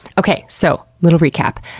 okay, so, little recap.